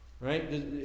right